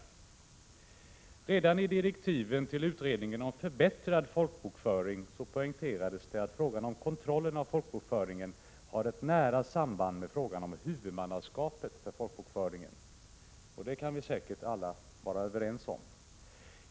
Redan i direktiven till utredningen om förbättrad folkbokföring poängterades att frågan om kontrollen av folkbokföringen har ett nära samband med frågan om huvudmannaskapet för folkbokföringen. Det kan vi säkert alla vara överens om.